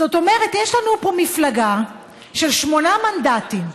זאת אומרת, יש לנו פה מפלגה של שמונה מנדטים,